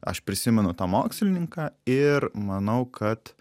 aš prisimenu tą mokslininką ir manau kad